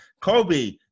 Kobe